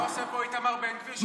מה עושה פה איתמר בן גביר,